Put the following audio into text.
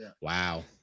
Wow